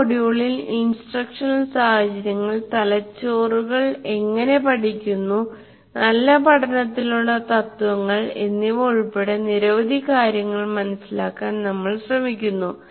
ഈ മൊഡ്യൂളിൽ ഇൻസ്ട്രക്ഷണൽ സാഹചര്യങ്ങൾ തലച്ചോറുകൾ എങ്ങനെ പഠിക്കുന്നു നല്ല പഠനത്തിനുള്ള തത്വങ്ങൾ എന്നിവ ഉൾപ്പെടെ നിരവധി കാര്യങ്ങൾ മനസിലാക്കാൻ നമ്മൾ ശ്രമിക്കുന്നു